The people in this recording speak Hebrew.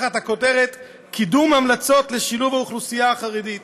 תחת הכותרת: "קידום המלצות לשילוב האוכלוסייה החרדית".